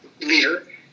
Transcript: leader